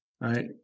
Right